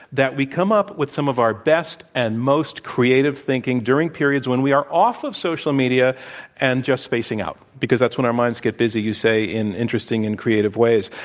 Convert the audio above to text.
that we come up with some of our best and most creative thinking during periods when we are off of social media and just spacing out, because that's when our minds get busy, you say, in interesting and creative ways.